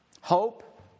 hope